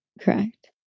Correct